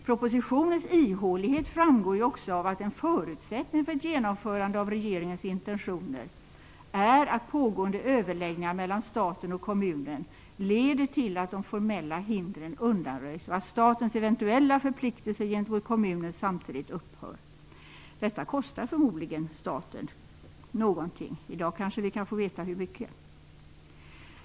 Propositionens ihålighet framgår också av att en förutsättning för ett genomförande av regeringens intentioner är att pågående överläggningar mellan staten och kommunen leder till att de formella hindren undanröjs och att statens eventuella förpliktelser gentemot kommunen samtidigt upphör. Detta kostar förmodligen staten någonting. I dag kanske vi kan få veta hur mycket.